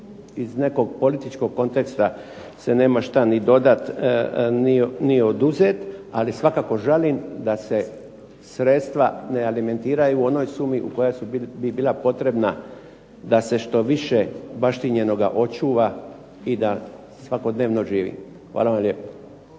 iz nekog političkog konteksta se nema šta ni dodati, ni oduzeti, ali svakako žalim da se sredstva ne alimentiraju u onoj sumi u kojoj su bila potrebna da se što više baštinjenoga očuva i da svakodnevno živi. Hvala vam lijepa.